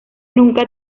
nunca